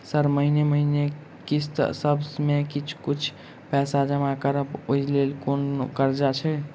Sir महीने महीने किस्तसभ मे किछ कुछ पैसा जमा करब ओई लेल कोनो कर्जा छैय?